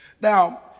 Now